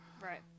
Right